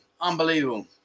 Unbelievable